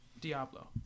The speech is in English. Diablo